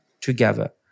together